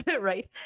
right